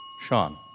Sean